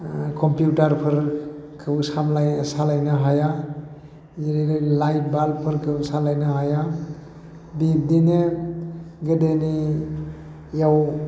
कम्पिउटारफोरखौ सालायनो हाया जेरै लाइट बाल्बफोरखौ सालायनो हाया बिब्दिनो गोदोनियाव